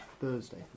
Thursday